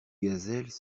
gazelles